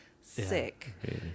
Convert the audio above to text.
sick